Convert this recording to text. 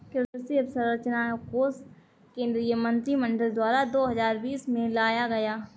कृषि अंवसरचना कोश केंद्रीय मंत्रिमंडल द्वारा दो हजार बीस में लाया गया